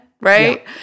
right